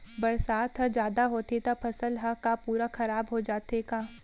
बरसात ह जादा होथे त फसल ह का पूरा खराब हो जाथे का?